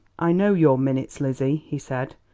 i know your minutes, lizzie, he said,